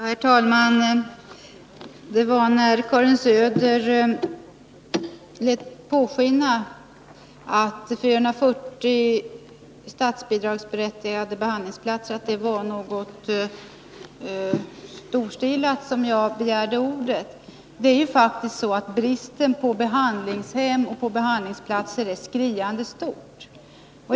Herr talman! Det var när Karin Söder lät påskina att 440 statsbidragsberättigade behandlingsplatser var något storstilat som jag begärde ordet. Det är ju faktiskt så att bristen på behandlingshem och behandlingsplatser är skriande stor.